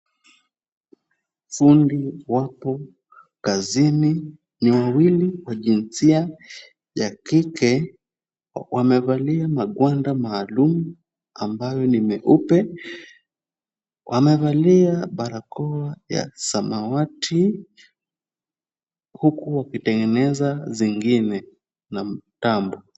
Fundi wapo kazini, ni wawili wa jinsia ya kike. Wanavalia mangwanda maalum ambayo ni meupe. Wamevalia barakoa ya samawati huku wakitengeneza zingine na mtambo.